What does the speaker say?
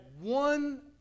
one